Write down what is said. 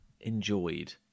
enjoyed